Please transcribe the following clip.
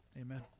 amen